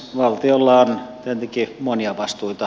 valtiolla on tietenkin monia vastuita